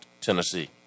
Tennessee